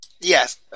Yes